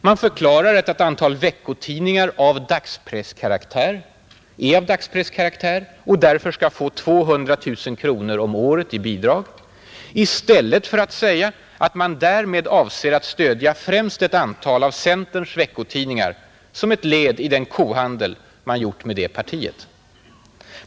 Man förklarar att ett antal veckotidningar är ”av dagspresskaraktär” och därför bör få 200 000 kronor om året i bidrag — i stället för att säga att man därmed avser att stödja främst ett antal av centerns veckotidningar som ett led i den kohandel man gjort med det partiet.